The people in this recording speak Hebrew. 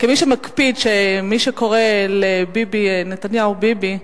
כמי שמקפיד על מי שקורא לביבי נתניהו ביבי,